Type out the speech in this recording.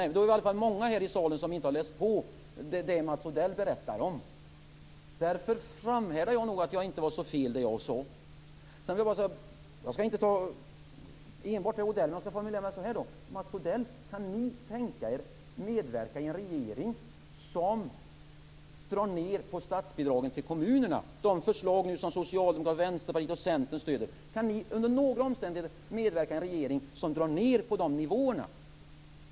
Då är vi i alla fall många här i salen som inte har läst på det Mats Odell berättar om. Därför framhärdar jag nog i att det jag sade inte var så fel. Mats Odell! Kan ni tänka er att medverka i en regering som drar ned på statsbidragen till kommunerna? Kan ni under några omständigheter medverka i en regering som drar ned nivåerna i de förslag som nu Socialdemokraterna, Vänsterpartiet och Centern stöder?